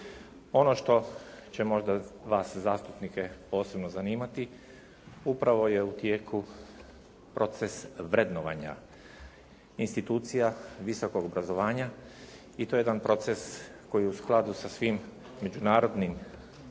Ono što će možda vas zastupnike posebno zanimati upravo je u tijeku proces vrednovanja institucija visokog obrazovanja i to je jedan proces koji je u skladu sa svim međunarodnim